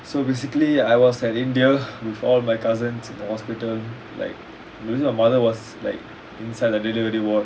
so basically I was at india with all my cousins in the hospital like basically my mother was like inside the delivery ward